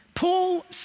Paul